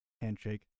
handshake